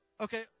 okay